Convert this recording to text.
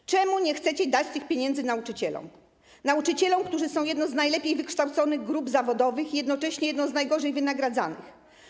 Dlaczego nie chcecie dać tych pieniędzy nauczycielom, nauczycielom, którzy są jedną z najlepiej wykształconych grup zawodowych i jednocześnie jedną z najgorzej wynagradzanych?